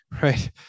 right